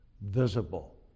visible